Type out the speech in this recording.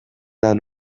lan